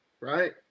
right